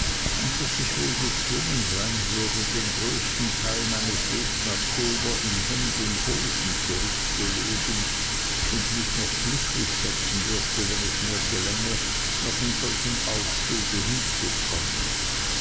und daß ich wohl gezwungen sein würde den größten teil meines wegs nach dover in hemd und hosen zurückzulegen und mich noch glücklich schätzen dürfte wenn es mir gelänge noch in solchem aufzug hinzukommen